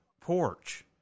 porch